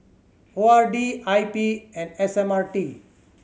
O R D I P and S M R T